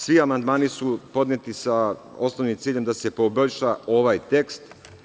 Svi amandmani su podneti sa osnovnim ciljem da se poboljša ovaj tekst.